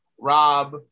Rob